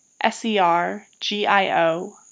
S-E-R-G-I-O